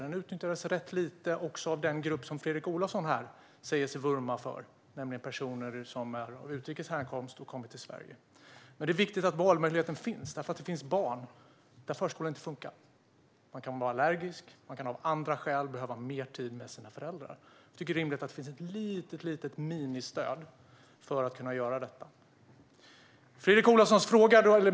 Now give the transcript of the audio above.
Den utnyttjades rätt lite också av den grupp som Fredrik Olovsson här säger sig vurma för, nämligen personer av utrikes härkomst som kommer till Sverige. Men det är viktigt att valmöjligheten finns, för det finns barn där förskolan inte funkar. De kan vara allergiska eller ha andra skäl som gör att de behöver mer tid med sina föräldrar. Jag tycker att det är rimligt att det finns ett litet ministöd för detta.